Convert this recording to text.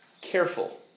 careful